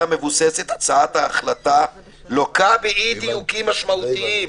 מבוססת הצעת ההחלטה לוקה באי דיוקים משמעותיים".